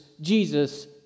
Jesus